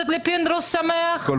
ועל